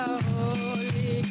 holy